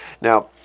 now